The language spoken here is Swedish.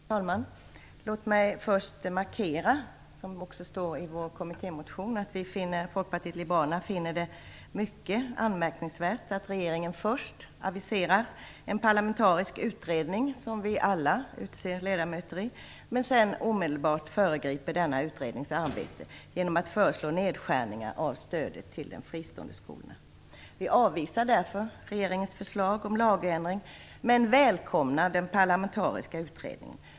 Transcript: Herr talman! Låt mig först markera att, vilket också står i vår kommittémotion, Folkpartiet liberalerna finner det mycket anmärkningsvärt att regeringen först aviserar en parlamentarisk utredning som vi alla utser ledamöter i men sedan omedelbart föregriper denna utrednings arbete genom att föreslå nedskärningar av stödet till de fristående skolorna. Vi avvisar därför regeringens förslag om lagändring men välkomnar den parlamentariska utredningen.